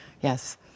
yes